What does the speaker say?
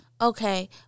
Okay